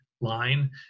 line